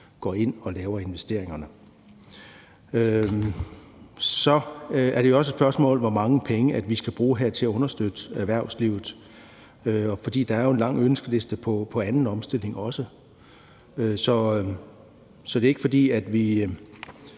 går ind og laver investeringerne. Så er det også et spørgsmål, hvor mange penge vi skal bruge her til at understøtte erhvervslivet. Der er jo også en lang ønskeliste i forhold til anden omstilling. Så det er ikke, fordi vi